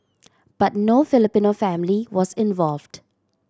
but no Filipino family was involved